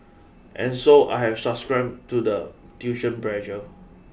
and so I have succumbed to the tuition pressure